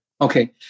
Okay